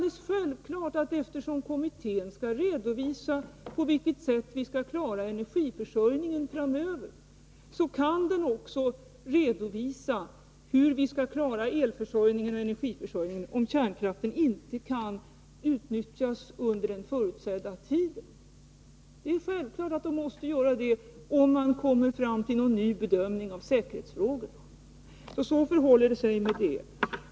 Eftersom kommittén skall redovisa på vilket sätt vi skall klara energiförsörjningen framöver, så kan den också redovisa hur vi skall klara elförsörjningen och energiförsörjningen i övrigt om kärnkraften inte kan utnyttjas under den förutsedda tiden. Det är självklart att den måste göra det, om man kommer fram till någon ny bedömning av säkerhetsfrågorna. Så förhåller det sig med detta.